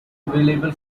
available